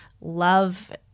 Love